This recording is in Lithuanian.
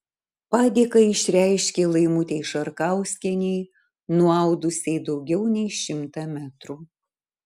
padėką išreiškė laimutei šarkauskienei nuaudusiai daugiau nei šimtą metrų